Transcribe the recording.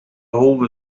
ahold